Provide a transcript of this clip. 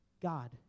God